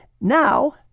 Now